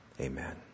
Amen